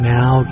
Now